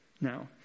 Now